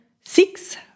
six